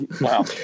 Wow